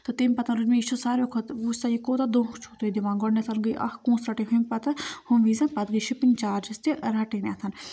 تہٕ تٔمۍ پَتَن روٗدۍ مےٚ یہِ چھِ سارویو کھۄتہٕ وٕچھ سا یہِ کوتاہ دھوکہٕ چھُو تُہۍ دِوان گۄڈنٮ۪تھ گٔے اَکھ پونٛسہٕ رَٹٕنۍ ہُمہِ پَتہٕ ہُمہِ وِزٮ۪ن پَتہٕ گٔے شِپِنٛگ چارجِز تہِ رَٹٕنٮ۪تھ